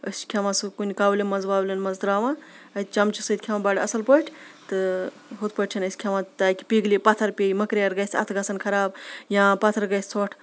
أسۍ چھِ کھٮ۪وان سُہ کُنہِ کَولہِ منٛز وَولٮ۪ن منٛز ترٛاوان اَتہِ چَمچہِ سۭتۍ کھٮ۪وان بَڑٕ اَصٕل پٲٹھۍ تہٕ ہُتھ پٲٹھۍ چھِنہٕ أسۍ کھٮ۪وان تاکہِ پِگلہِ پَتھَر پیٚیہِ مٔکریٛار گژھِ اَتھٕ گژھن خراب یا پَتھَر گژھِ ژھۄٹھ